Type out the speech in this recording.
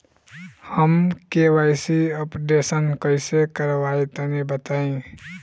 हम KYC updation कइसे करवाई तनि बताई?